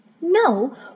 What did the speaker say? No